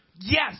Yes